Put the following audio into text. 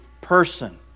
person